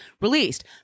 released